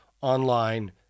online